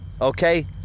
Okay